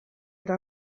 eta